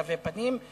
תווי פנים,